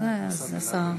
תקריאי את השמות,